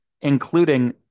including